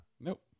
Nope